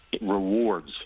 rewards